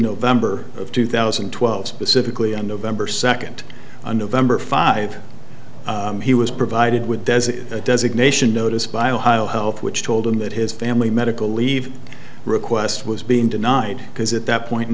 november of two thousand and twelve specifically on november second the november five he was provided with as a designation notice by ohio health which told him that his family medical leave request was being denied because at that point in